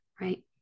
Right